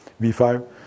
V5